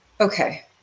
Okay